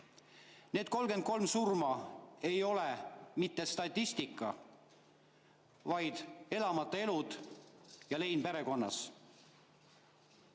Need 33 surma ei ole mitte statistika, vaid elamata elud ja lein perekonnas.